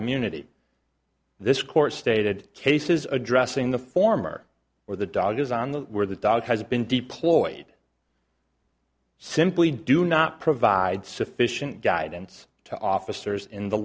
immunity this court stated cases addressing the former or the dogs on the where the dog has been deployed simply do not provide sufficient guidance to officers in the